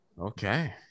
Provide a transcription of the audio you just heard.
Okay